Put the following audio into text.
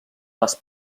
les